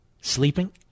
Sleeping